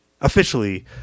officially